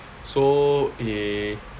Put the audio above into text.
so eh